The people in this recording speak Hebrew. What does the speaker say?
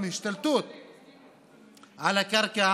תודה רבה,